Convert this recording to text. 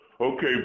Okay